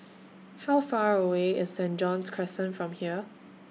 How Far away IS Saint John's Crescent from here